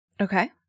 Okay